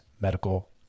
medical